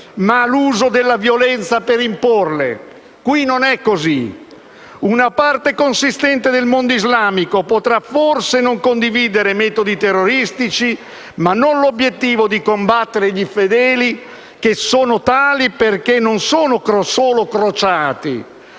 ma l'uso della violenza per imporle. In questo caso non è così. Una parte consistente del mondo islamico potrà forse non condividere i metodi terroristici, ma non l'obiettivo di combattere gli infedeli che sono tali non solo perché sono crociati